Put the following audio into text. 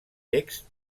text